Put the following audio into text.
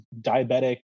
diabetic